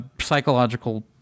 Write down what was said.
Psychological